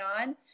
on